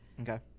Okay